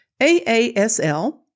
AASL